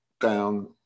down